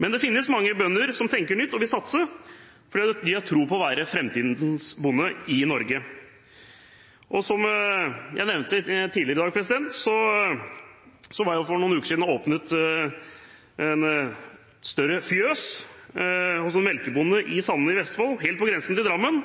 Men det finnes mange bønder som tenker nytt og vil satse, for de har tro på å være framtidens bonde i Norge. Som jeg nevnte tidligere i dag, var jeg for noen uker siden og åpnet et større fjøs hos en melkebonde i Sande i Vestfold, helt på grensen til Drammen.